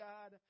God